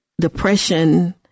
Depression